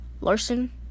Larson